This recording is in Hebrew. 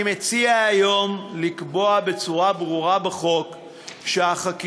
אני מציע היום לקבוע בצורה ברורה בחוק שהחקירה